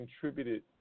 contributed